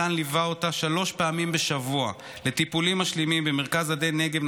מתן ליווה אותה שלוש פעמים בשבוע לטיפולים משלימים במרכז עדי נגב,